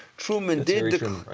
truman did